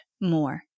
more